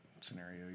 scenario